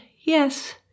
yes